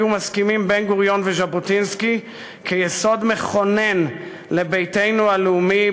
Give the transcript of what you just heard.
היו מסכימים בן-גוריון וז'בוטינסקי כיסוד מכונן לביתנו הלאומי,